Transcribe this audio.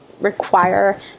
require